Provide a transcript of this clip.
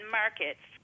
markets